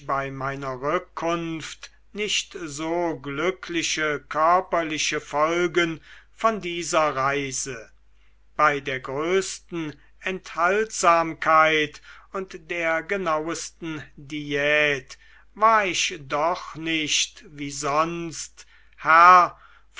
bei meiner rückkunft nicht so glückliche körperliche folgen von dieser reise bei der größten enthaltsamkeit und der genauesten diät war ich doch nicht wie sonst herr